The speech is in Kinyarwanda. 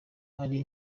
ari